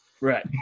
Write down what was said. right